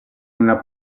una